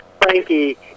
Frankie